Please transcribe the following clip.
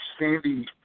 Sandy